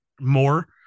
more